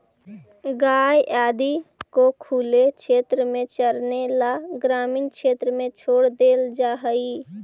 गाय आदि को खुले क्षेत्र में चरने ला ग्रामीण क्षेत्र में छोड़ देल जा हई